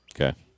Okay